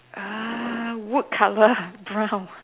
ah wood colour brown